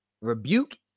Rebuke